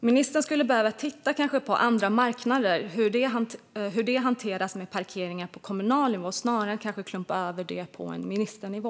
Ministern skulle behöva titta på hur andra marknader har hanterat parkering på kommunal nivå snarare än att klumpa ihop allt och lyfta över det på ministernivå.